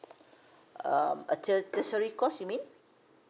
um uh ter~ tertiary course you mean